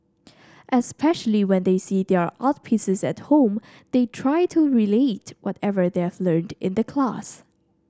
especially when they see their art pieces at home they try to relate whatever they've learnt in the class